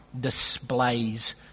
displays